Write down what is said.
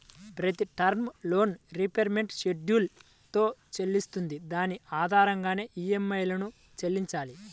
ప్రతి term loan repayment schedule తో వస్తుంది దాని ఆధారంగానే ఈఎంఐలను చెల్లించాలి